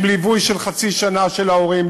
עם ליווי של חצי שנה של ההורים,